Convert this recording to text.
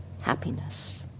happiness